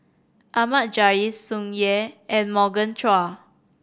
Ahmad Jais Tsung Yeh and Morgan Chua